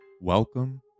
Welcome